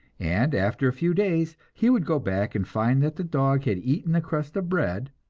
and after a few days he would go back and find that the dog had eaten the crust of bread,